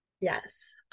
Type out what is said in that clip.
Yes